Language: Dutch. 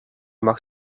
mag